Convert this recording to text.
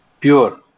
pure